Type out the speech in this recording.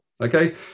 Okay